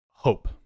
hope